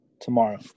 tomorrow